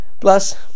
Plus